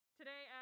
Today